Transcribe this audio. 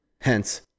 Hence